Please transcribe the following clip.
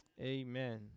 Amen